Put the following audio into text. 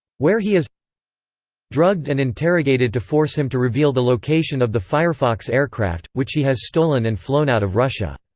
where he is drugged and interrogated to force him to reveal the location of the firefox aircraft, which he has stolen and flown out of russia.